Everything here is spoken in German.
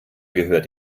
gehört